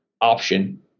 option